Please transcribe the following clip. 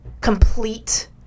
complete